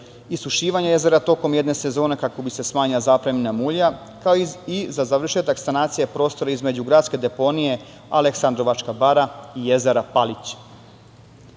isušivanje jezera tokom jedne sezone kako bi se smanjila zapremina mulja, kao i za završetak sanacija prostora između gradske deponije Aleksandrovačka bara i jezera